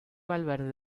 valverde